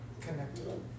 connected